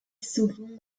souvent